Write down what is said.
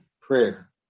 prayer